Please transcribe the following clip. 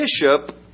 bishop